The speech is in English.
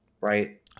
right